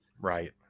Right